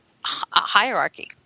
hierarchy